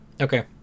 Okay